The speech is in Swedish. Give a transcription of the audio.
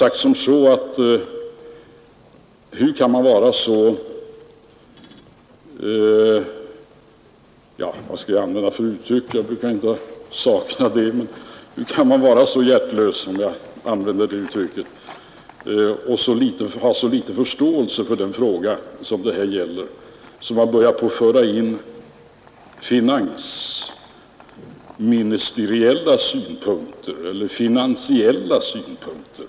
Det har frågats: Hur kan man vara så hjärtlös, om jag får använda det uttrycket, och ha så liten förståelse för vad det här gäller, att man börjar föra in finansiella synpunkter?